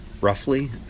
roughly